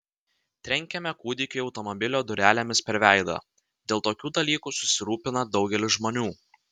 trenkėme kūdikiui automobilio durelėmis per veidą dėl tokių dalykų susirūpina daugelis žmonių